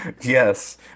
Yes